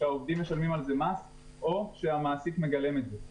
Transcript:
שהעובדים משלמים על זה מס או שהמעסיק מגלם את זה.